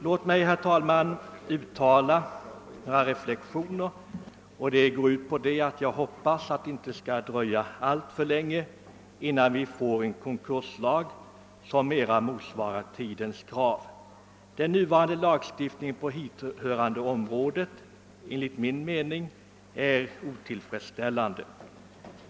Låt mig sedan, herr talman, uttala förhoppningen att det inte skall dröja alltför länge innan vi får en konkurslag som bättre motsvarar tidens krav. Den nuvarande lagen på hithörande område är enligt min mening otillfredsställande.